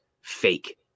fake